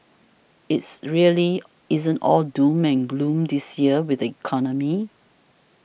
it's really isn't all doom and gloom this year with the economy